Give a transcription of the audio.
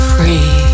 Free